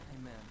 Amen